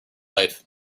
life